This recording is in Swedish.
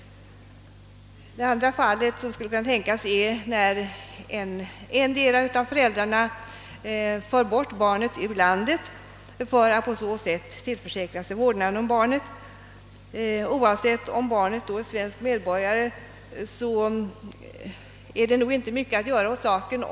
Det andra fall som skulle kunna tänkas är då endera av föräldrarna för bort barnet ur landet för att på så sätt tillförsäkra sig vårdnaden om barnet. Oavsett om barnet då är svensk medborgare är det nog inte mycket att göra åt saken.